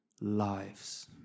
lives